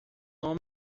nome